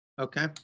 Okay